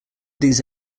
these